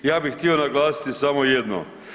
Ja bih htio naglasiti samo jedno.